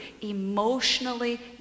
emotionally